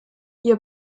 ihr